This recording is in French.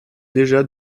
déjà